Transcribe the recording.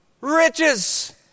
riches